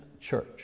church